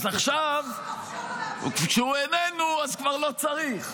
אז עכשיו, כשהוא איננו, אז כבר לא צריך.